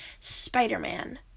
spider-man